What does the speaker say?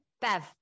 Bev